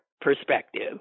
perspective